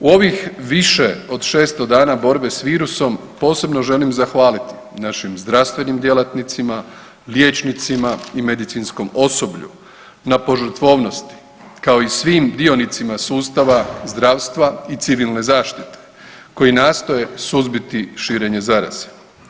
U ovih više od 600 dana borbe s virusom, posebno želim zahvaliti našim zdravstvenim djelatnicima, liječnicima i medicinskom osoblju na požrtvovnosti, kao i svim dionicima sustava zdravstva i civilne zaštite koje nastoje suzbiti širenje zaraze.